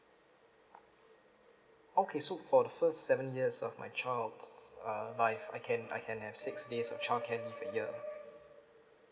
okay so for the first seven years of my child's uh life I can I can have six days of childcare leave a year